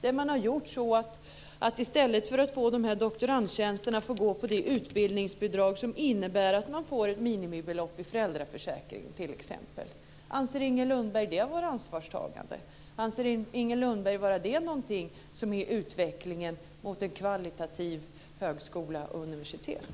I stället för att få doktorandtjänst får man gå på det utbildningsbidrag som innebär att man får ett minimibelopp i föräldraförsäkringen t.ex. Anser Inger Lundberg det vara ansvarstagande? Anser Inger Lundberg att det är något som är en utveckling mot kvalitativ högskola och universitet?